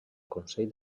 consell